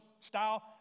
style